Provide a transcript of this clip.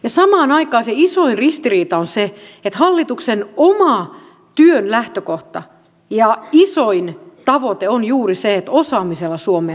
samaan aikaan se isoin ristiriita on se että hallituksen oman työn lähtökohta ja isoin tavoite on juuri se että osaamisella suomea nostetaan